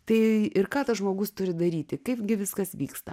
tai ir ką tas žmogus turi daryti kaipgi viskas vyksta